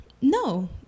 No